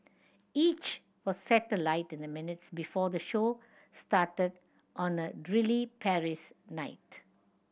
each was set alight in the minutes before the show started on a drily Paris night